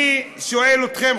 אני שואל אתכם,